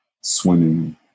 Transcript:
swimming